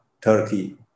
Turkey